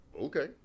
okay